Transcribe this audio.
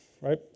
right